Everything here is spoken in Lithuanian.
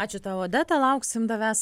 ačiū tau odeta lauksim tavęs